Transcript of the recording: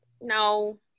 no